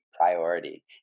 priority